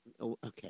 okay